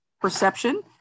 perception